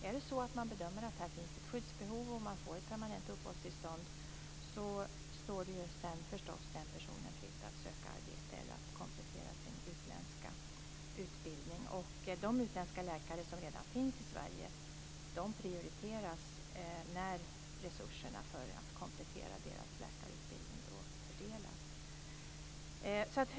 Är det så att det bedöms att det finns ett skyddsbehov och personen får ett permanent uppehållstillstånd står det sedan förstås den personen fritt att söka arbete eller att komplettera sin utländska utbildning. De utländska läkare som redan finns i Sverige prioriteras när resurserna för att komplettera deras läkarutbildning fördelas.